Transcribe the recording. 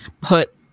put